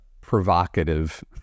provocative